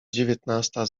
dziewiętnasta